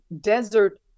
desert